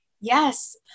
Yes